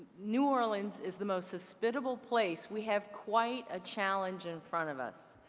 new orleans is the most hospitable place. we have quite a challenge in front of us.